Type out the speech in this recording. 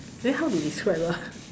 then how to describe ah